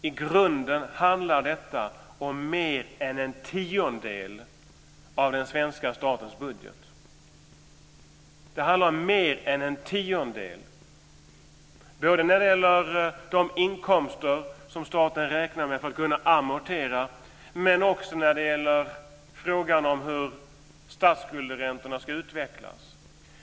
I grunden handlar detta om mer än en tiondel av den svenska statens budget. Det handlar om mer än en tiondel, både när det gäller de inkomster som staten räknar med för att kunna amortera och också när det gäller frågan om hur statsskuldsräntorna ska utvecklas.